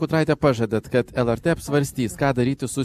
kutraite pažadat kad lrt apsvarstys ką daryti su